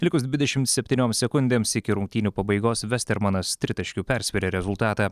likus dvidešimt septynioms sekundėms iki rungtynių pabaigos vestermanas tritaškiu persvėrė rezultatą